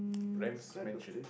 Ram's mansion